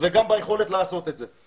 וגם ביכולת לעשות את זה.